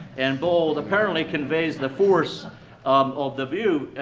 and bold, apparently conveys the force um of the view.